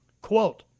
Quote